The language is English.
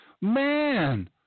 Man